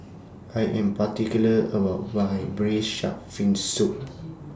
I Am particular about My Braised Shark Fin Soup